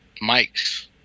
Mike's